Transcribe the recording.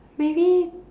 maybe